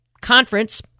conference